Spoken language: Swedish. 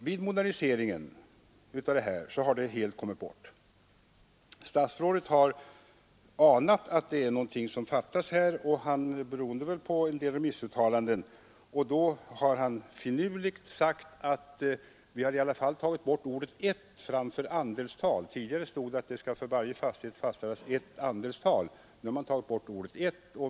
Vid moderniseringen av det här har detta helt kommit bort. Statsrådet har anat att det är någonting som fattas beroende på en del remissuttalanden. Då har han finurligt sagt att man i alla fall har tagit bort ordet ”ett” framför andelstal. Tidigare stod det att det för varje fastighet skall fastställas eft andelstal.